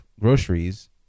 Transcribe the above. groceries